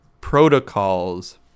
protocols